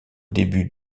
début